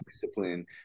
discipline